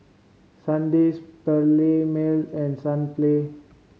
Sandisk Perllini Mel and Sunplay